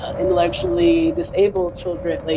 intellectually disabled children?